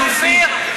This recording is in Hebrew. גברתי.